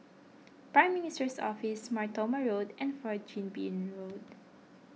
Prime Minister's Office Mar Thoma Road and Fourth Chin Bee Road